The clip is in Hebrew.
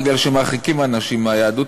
בגלל שהם מרחיקים אנשים מהיהדות.